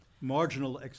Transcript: marginal